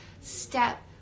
step